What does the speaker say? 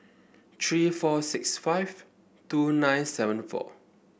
three four six five two nine seven four